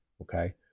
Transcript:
Okay